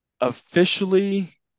officially